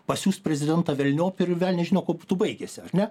pasiųst prezidentą velniop ir velnias žino kuo būtų baigęsi ne